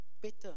better